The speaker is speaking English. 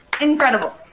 Incredible